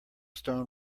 stone